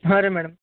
ಹಾಂ ರೀ ಮೇಡಮ್